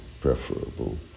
preferable